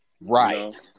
Right